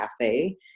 cafe